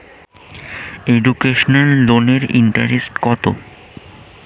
Educational লোনের interest কত?